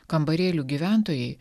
kambarėlių gyventojai